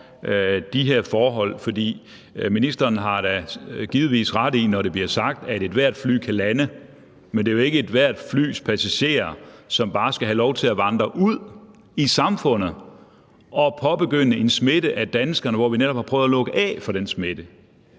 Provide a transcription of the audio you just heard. de her forhold, for ministeren har da givetvis ret, når det bliver sagt, at ethvert fly kan lande, men det er jo ikke ethvert flys passagerer, som bare skal have lov til at vandre ud i samfundet og påbegynde en smitte af danskerne, når vi netop har prøvet at lukke af for den smitte.